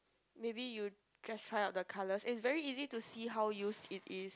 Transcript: maybe you just try out the colours and it's very easy to see how used it is